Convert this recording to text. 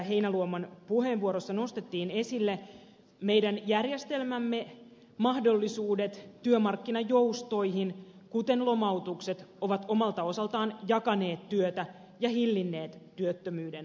heinäluoman puheenvuorossa nostettiin esille meidän järjestelmämme mahdollisuudet työmarkkinajoustoihin kuten lomautukset ovat omalta osaltaan jakaneet työtä ja hillinneet työttömyyden kasvua